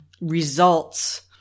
results